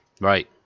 Right